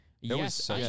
Yes